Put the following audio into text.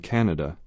Canada